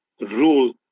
rule